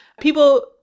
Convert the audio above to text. people